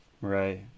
right